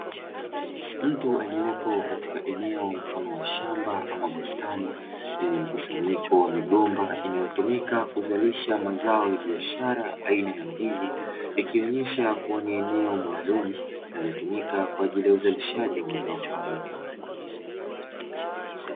Mtu aliyepo katika eneo mfano wa shamba ama bustani, lenye mkusanyiko wa migomba inayotumika kuzalisha mazao ya biashara aina ya ndizi, ikionyesha kuwa ni eneo maalumu, linalotumika kwa ajili ya uzalishaji wa mazao hayo.